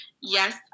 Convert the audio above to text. Yes